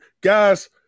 guys